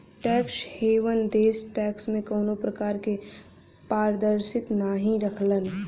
tax haven देश tax में कउनो प्रकार क पारदर्शिता नाहीं रखलन